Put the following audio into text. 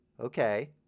Okay